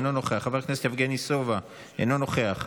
אינו נוכח,